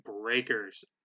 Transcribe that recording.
Breakers